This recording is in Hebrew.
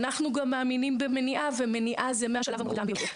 אנחנו גם מאמינים במניעה ומניעה זה מהשלב המוקדם ביותר.